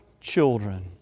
children